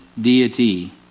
deity